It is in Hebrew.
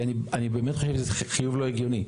כי אני באמת חושב שזה חיוב לא הגיוני.